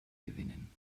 gewinnen